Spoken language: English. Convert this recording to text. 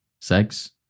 sex